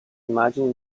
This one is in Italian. immagini